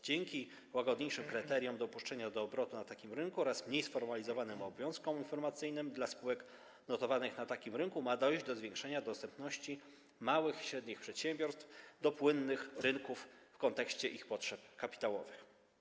Dzięki łagodniejszym kryteriom dopuszczenia do obrotu na takim rynku oraz mniej sformalizowanym obowiązkom informacyjnym dla spółek notowanych na takim rynku ma dojść do zwiększenia dostępu małych i średnich przedsiębiorstw do płynnych rynków w kontekście ich potrzeb kapitałowych.